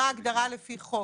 זו ההגדרה לפי חוק,